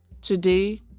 Today